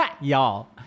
Y'all